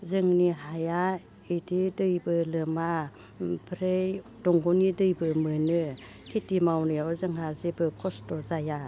जोंनि हाया इदि दैबो लोमा ओमफ्राइ दंग'नि दैबो मोनो खिथि मावनायाव जोंहा जेबो खस्थ' जाया